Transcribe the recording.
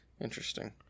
Interesting